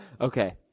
Okay